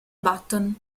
button